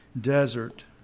desert